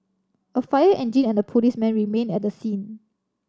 a fire engine and a policeman remained at the scene